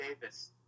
Davis